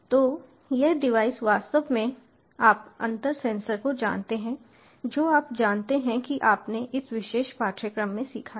तो यह डिवाइस वास्तव में आप अंतर सेंसर को जानते हैं जो आप जानते हैं कि आपने इस विशेष पाठ्यक्रम में सीखा है